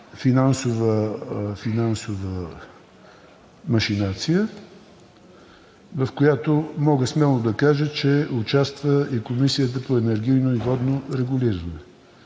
финансова машинация, в която, мога смело да кажа, участва и Комисията за енергийно и водно регулиране.